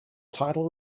title